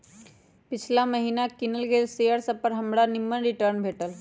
पिछिला महिन्ना किनल गेल शेयर सभपर हमरा निम्मन रिटर्न भेटल